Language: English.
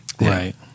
right